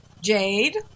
jade